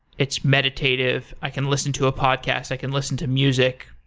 it's meditative. i can listen to a podcast. i can listen to music,